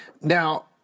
Now